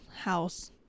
house